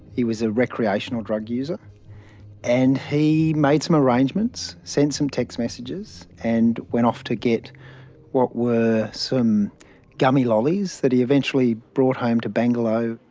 he was a recreational drug user and he made some arrangements, sent some text messages, and went off to get what were some gummy lollies that he eventually brought home to bangalow.